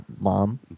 Mom